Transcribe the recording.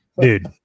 dude